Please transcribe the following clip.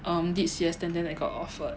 um did C_S ten ten that got offered